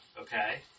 okay